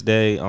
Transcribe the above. Day